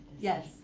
Yes